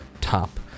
top